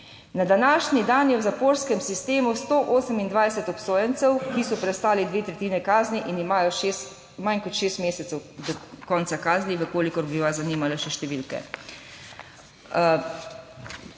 (nadaljevanje) v zaporskem sistemu 128 obsojencev, ki so prestali dve tretjini kazni in imajo manj kot šest mesecev do konca kazni. V kolikor bi vas zanimale še številke.